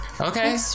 Okay